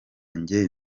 njye